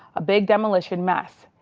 a big demolition mess,